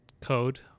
code